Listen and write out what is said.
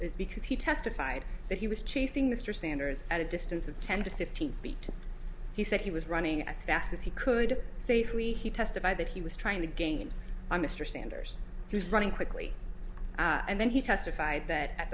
is because he testified that he was chasing the sanders at a distance of ten to fifteen feet he said he was running as fast as he could safely he testified that he was trying to gain on mr sanders he was running quickly and then he testified that at